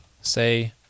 say